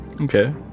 Okay